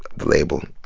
label.